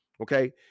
Okay